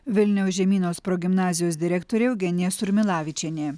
vilniaus žemynos progimnazijos direktorė eugenija surmilavičienė